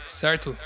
certo